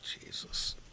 Jesus